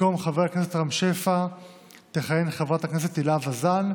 במקום חבר הכנסת רם שפע תכהן חברת הכנסת הילה וזאן,